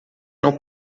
não